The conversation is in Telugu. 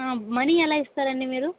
మనీ ఎలా ఇస్తారండి మీరు